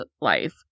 life